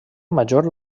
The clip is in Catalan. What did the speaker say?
major